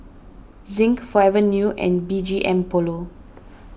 Zinc Forever New and B G M Polo